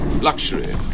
luxury